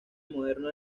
moderno